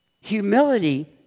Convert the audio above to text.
Humility